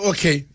Okay